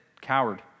coward